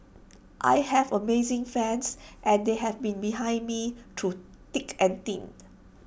I have amazing fans and they have been behind me through thick and thin